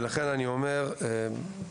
אז אני אומר שוב,